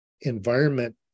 environment